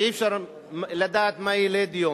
ואי-אפשר לדעת מה ילד יום.